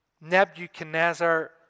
Nebuchadnezzar